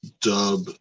dub